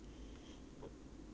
orh okay